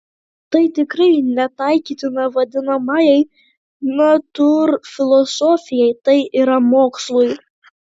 tai tikrai netaikytina vadinamajai natūrfilosofijai tai yra mokslui